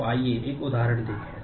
तो आइए एक उदाहरण देखें